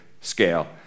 scale